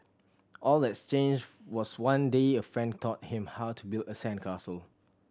all that changed was one day a friend taught him how to build a sandcastle